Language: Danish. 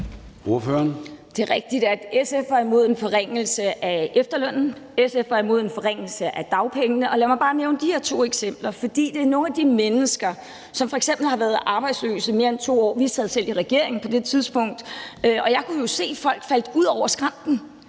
Det er rigtigt, at SF var imod en forringelse af efterlønnen og SF var imod en forringelse at dagpengene. Lad mig bare nævne de her to eksempler, for det drejer sig om nogle af de mennesker, som f.eks. har været arbejdsløse i mere end 2 år. Vi sad selv i regering på det tidspunkt, og jeg kunne se, at folk faldt ud over skrænten,